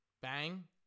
Bang